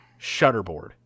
Shutterboard